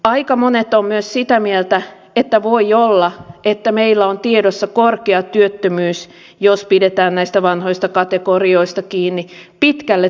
aika monet ovat myös sitä mieltä että voi olla että meillä on tiedossa korkea työttömyys jos pidetään näistä vanhoista kategorioista kiinni pitkälle tulevaisuuteen